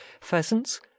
pheasants